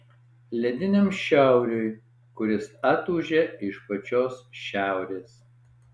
lediniam šiauriui kuris atūžia iš pačios šiaurės